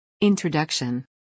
Introduction